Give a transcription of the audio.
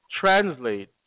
translate